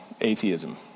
atheism